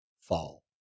fall